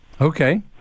Okay